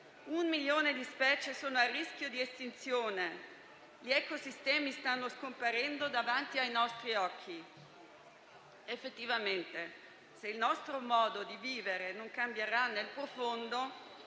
un milione di specie è a rischio di estinzione, gli ecosistemi stanno scomparendo davanti ai nostri occhi. Effettivamente, se il nostro modo di vivere non cambierà nel profondo,